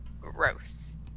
Gross